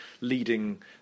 leading